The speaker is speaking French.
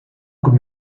comme